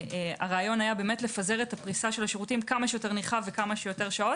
והרעיון היה לפזר את פריסת השירותים כמה שיותר נרחב וכמה שיותר שעות.